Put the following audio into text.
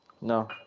No